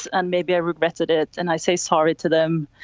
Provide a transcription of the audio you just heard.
and maybe i regretted it. and i say sorry to them.